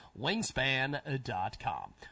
Wingspan.com